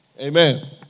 Amen